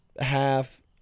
half